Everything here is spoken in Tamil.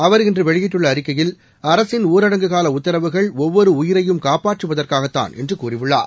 அவா் இன்று வெளியிட்டுள்ள அறிக்கையில் அரசின் ஊரடங்கு கால உத்தரவுகள் ஒவ்வொரு உயிரையும் காப்பாற்றுவதற்காகத்தான் என்று கூறியுள்ளார்